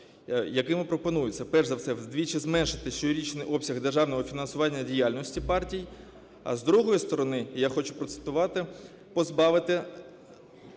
Яким пропонується, перш за все, вдвічі зменшити щорічний обсяг державного фінансування діяльності партій, а з другої сторони, я хочу процитувати: "Позбавити...